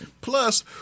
Plus